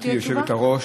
גברתי היושבת-ראש,